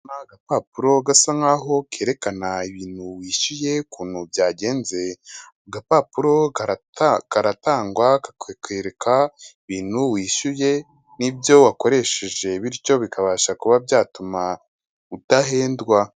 Agapapuro gasa nkaho kerekana ibintu wishyuye ukuntu byagenze, agapapuro karatangwa kakakwereka ibintu wishyuye n'ibyo wakoresheje bityo bikabasha kuba byatuma udahendwa.